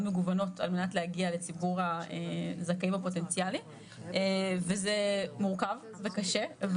מגוונות על מנת להגיע לציבור הזכאים הפוטנציאליים וזה מורכב וקשה,